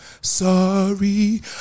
Sorry